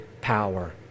power